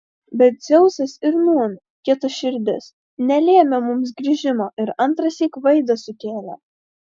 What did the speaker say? bet dzeusas ir nūn kietaširdis nelėmė mums grįžimo ir antrąsyk vaidą sukėlė